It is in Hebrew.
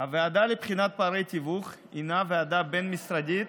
הוועדה לבחינת פערי תיווך הינה ועדה בין-משרדית